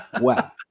wow